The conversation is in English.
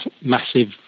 massive